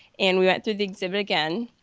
and we went through the exhibit again,